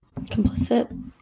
complicit